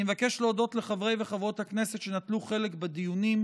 אני מבקש להודות לחברי וחברות הכנסת שנטלו חלק בדיונים,